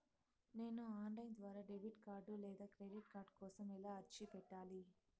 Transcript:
నేను online ద్వారా debit card లేదా క్రెడిట్ కార్డు కోసం ఎలా అర్జీ పెట్టాలి?